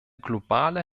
globale